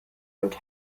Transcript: und